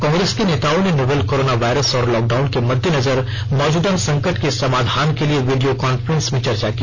कांग्रेस के नेताओं ने नोवेल कोरोना वायरस और लॉकडाउन के मद्देनजर मौजूदा संकट के समाधान के लिए वीडियो कांफ्रेंस में चर्चा की